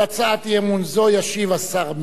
על הצעת אי-אמון זו ישיב השר מרגי,